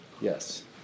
Yes